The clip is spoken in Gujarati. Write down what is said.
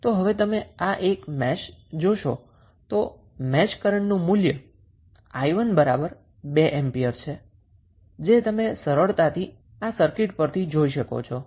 તો હવે તમે આ એક મેશ જોશો તો મેશ કરંટનું મૂલ્ય 𝑖1 બરાબર 2 એમ્પીયર છે જે તમે સરળતાથી આ સર્કીટ પરથી જોઈ શકો છો